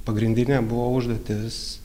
pagrindinė buvo užduotis